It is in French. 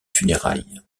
funérailles